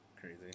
Crazy